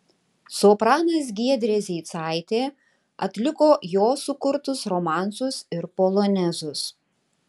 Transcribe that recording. sopranas giedrė zeicaitė atliko jo sukurtus romansus ir polonezus